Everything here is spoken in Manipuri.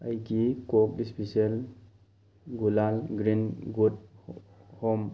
ꯑꯩꯒꯤ ꯀꯣꯛ ꯏꯁꯄꯤꯁꯤꯑꯦꯜ ꯒꯨꯂꯥꯜ ꯒ꯭ꯔꯤꯟ ꯒꯨꯗ ꯍꯣꯝ